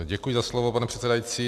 Děkuji za slovo, pane předsedající.